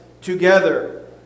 together